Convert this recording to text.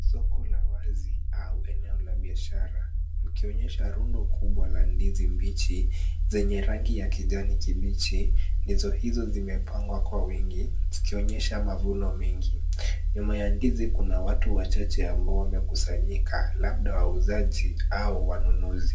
Soko la wazi au eneo la biashara ikionyesha rundo kubwa la ndizi mbichi zenye rangi ya kijani kibichi. Ndizi hizo zimepangwa kwa wingi zikionyesha mavuno mengi. Nyuma ya ndizi kuna watu wachache ambao wamekusanyika labda wauzaji au wanununzi.